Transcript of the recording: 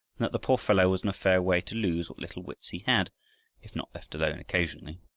and that the poor fellow was in a fair way to lose what little wits he had, if not left alone occasionally.